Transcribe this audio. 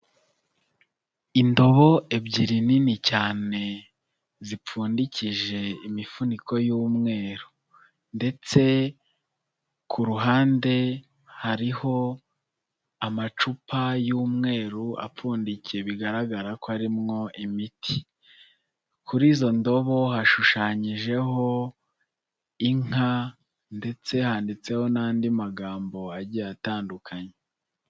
Indobo ebyiri nini cyane zipfundikije imifuniko y'umweru ndetse ku ruhande hariho amacupa y'umweru apfundikiye bigaragara ko arimwo imiti. Kuri izo ndobo hashushanyijeho inka ndetse handitseho n'andi magambo agiye atandukanye.